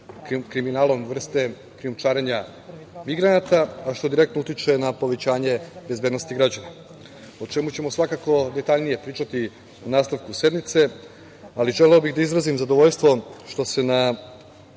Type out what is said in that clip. kriminalom vrste krijumčarenja migranata, a što direktno utiče na povećanje bezbednosti građana, o čemu ćemo svakako detaljnije pričati u nastavku sednice. Želeo bih da izrazim zadovoljstvo što se ova